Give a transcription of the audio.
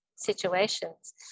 situations